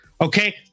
okay